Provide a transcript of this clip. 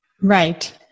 Right